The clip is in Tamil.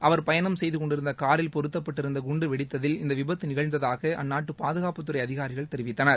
அவர் பயணம் செய்து கொண்டிருந்த காரில் பொருத்தப்பட்டிருந்த குண்டு வெடித்ததில் இந்த விபத்து நிகழ்ந்ததாக அந்நாட்டு பாதுகாப்புத்துறை அதிகாரிகள் தெரிவித்தனர்